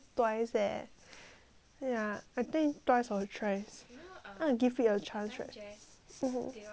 ya I think twice or thrice want to give it a chance right